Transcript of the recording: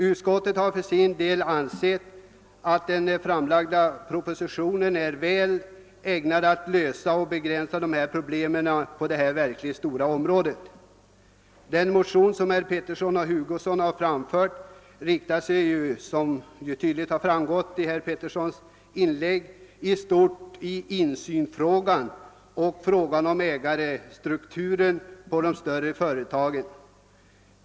Utskottet har ansett att det i propositionen framlagda lagförslaget är väl ägnat att begränsa problemen på detta verkligt vidsträckta område. Den motion som herrar Pettersson i Lund och Hugosson har väckt här i kammaren inriktar sig — vilket tydligt har framgått av herr Petterssons inlägg — i stort på insynsfrågan och frågan om ägarstrukturen i de större företagen.